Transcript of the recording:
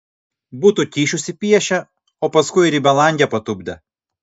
būtų kyšius įpiešę o paskui ir į belangę patupdę